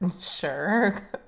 sure